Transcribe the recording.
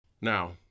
Now